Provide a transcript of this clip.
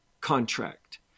contract